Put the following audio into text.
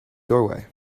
doorway